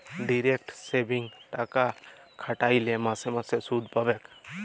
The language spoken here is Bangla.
ডিরেক্ট সেভিংসে টাকা খ্যাট্যাইলে মাসে মাসে সুদ পাবেক